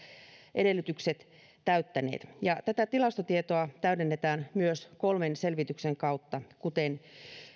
edellytykset täyttäneet tätä tilastotietoa täydennetään myös kolmen selvityksen kautta kuten